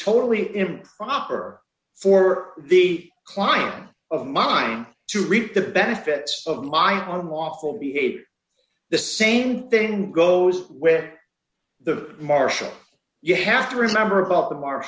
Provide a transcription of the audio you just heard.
totally improper for the client of mine to reap the benefits of my own walk will be ate the same thing goes with the marshall you have to remember about the mar